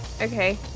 Okay